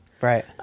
Right